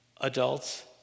adults